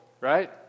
right